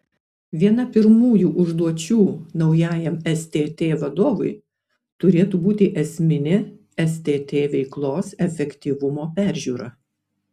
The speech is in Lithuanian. viena pirmųjų užduočių naujajam stt vadovui turėtų būti esminė stt veiklos efektyvumo peržiūra